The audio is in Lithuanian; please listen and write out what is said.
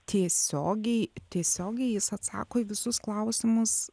tiesiogiai tiesiogiai jis atsako į visus klausimus